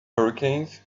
hurricanes